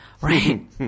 right